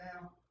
now